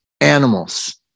animals